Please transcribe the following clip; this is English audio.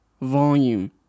volume